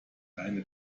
eine